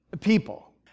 people